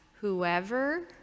whoever